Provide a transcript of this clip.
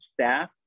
staff